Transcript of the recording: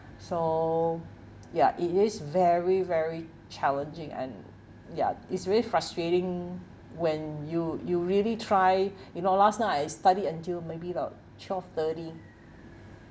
so ya it is very very challenging and ya it's really frustrating when you you really try you know last night I study until maybe about twelve thirty